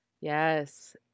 yes